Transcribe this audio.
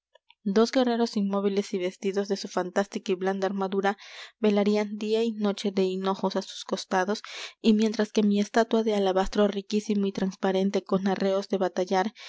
dos guerreros inmóviles y vestidos de su fantástica y blanca armadura velarían día y noche de hinojos á sus costados y mientras que mi estatua de alabastro riquísimo y transparente con arreos de batallar